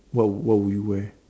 what would what would you wear